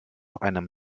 einem